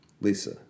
Lisa